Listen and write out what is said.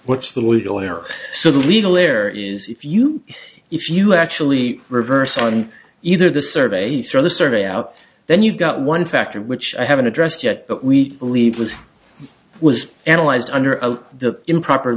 what's the legal error so the legal error is if you if you actually reverse on either the surveys or the survey out then you've got one factor which i haven't addressed yet but we believe was was analyzed under of the improper